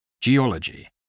geology